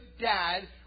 dad